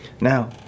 Now